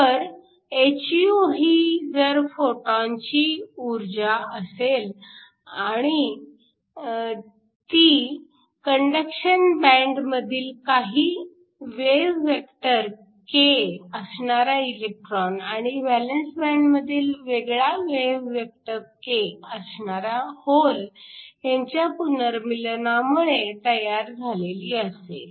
तर hυ ही जर फोटॉन ची ऊर्जा असेल आणि ती कंडक्शन बँडमधील काही वेव्ह व्हेक्टर k असणारा इलेक्ट्रॉन आणि व्हॅलन्स बँडमधील वेगळा वेव्ह व्हेक्टर k असणारा होल ह्यांच्या पुनर्मिलनामुळे तयार झालेली असेल